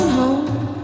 home